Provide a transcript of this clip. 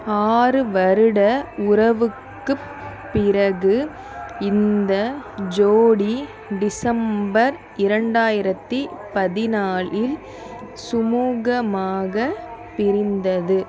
ஆறு வருட உறவுக்குப் பிறகு இந்த ஜோடி டிசம்பர் இரண்டாயிரத்து பதினாலில் சுமூகமாக பிரிந்தது